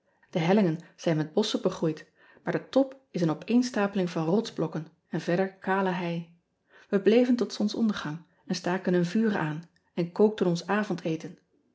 e hellingen zijn met bosschen begroeid maar de top is een opeenstapeling van rotsblokken en verder kale hei e bleven tot zonsondergang en staken een vuur aan en kookten ons avondeten